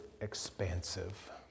expansive